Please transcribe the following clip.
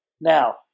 Now